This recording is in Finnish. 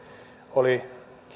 oli